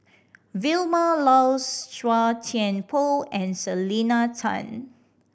Vilma Laus Chua Thian Poh and Selena Tan